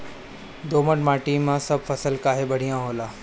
दोमट माटी मै सब फसल काहे बढ़िया होला?